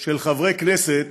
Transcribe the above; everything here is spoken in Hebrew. של חברי כנסת